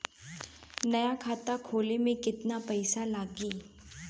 नया खाता खोले मे केतना पईसा लागि?